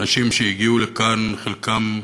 האנשים שהגיעו לכאן, חלקם